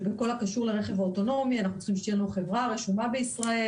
שבכל הקשור לרכב האוטונומי אנחנו צריכים שתהיה לנו חברה הרשומה בישראל,